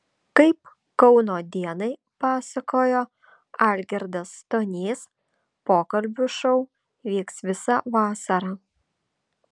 kaip kauno dienai pasakojo algirdas stonys pokalbių šou vyks visą vasarą